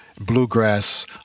bluegrass